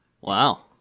Wow